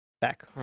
back